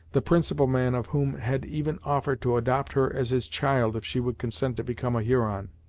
the principal man of whom had even offered to adopt her as his child if she would consent to become a huron.